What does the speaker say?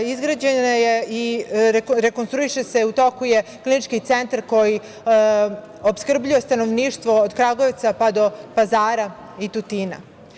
Izgrađena je i rekonstruiše se, u toku je, klinički centar koji opskrbljuje stanovništvo od Kragujevca pa do Pazara i Tutina.